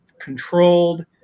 controlled